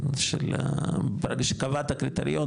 ברגע שקבעת קריטריון,